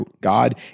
God